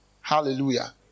Hallelujah